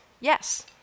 yes